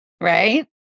right